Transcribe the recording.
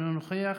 אינו נוכח,